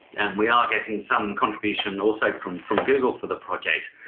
and we are getting some contribution also from from google for the project.